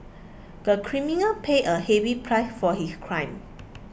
the criminal paid a heavy price for his crime